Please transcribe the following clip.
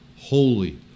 Holy